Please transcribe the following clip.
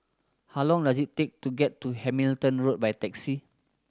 how long does it take to get to Hamilton Road by taxi